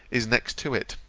is next to it